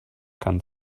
kann